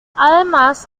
además